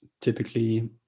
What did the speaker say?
typically